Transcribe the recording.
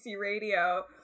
Radio